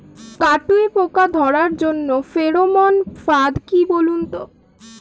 কাটুই পোকা ধরার জন্য ফেরোমন ফাদ কি বলুন তো?